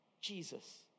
Jesus